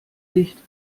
dicht